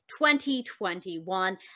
2021